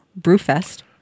Brewfest